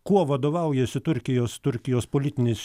kuo vadovaujasi turkijos turkijos politinis